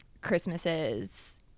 Christmases